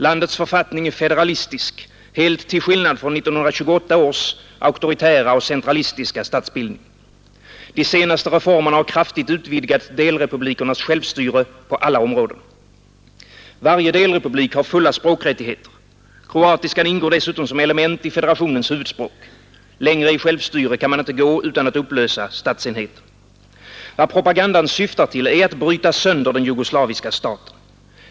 Landets författning är federalistisk, helt till skillnad från 1928 års auktoritära och centralistiska statsbildning. De senaste reformerna har kraftigt utvidgat delrepublikernas självstyre på alla områden. Varje delrepublik har fulla språkrättigheter. Kroatiskan ingår dessutom som element i federationens huvudspråk. Längre i självstyre kan man inte gå utan att upplösa statsenheten. Vad propagandan syftar till är att bryta sönder den jugoslaviska staten.